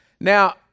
Now